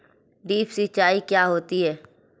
Drip सिंचाई क्या होती हैं?